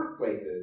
workplaces